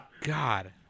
god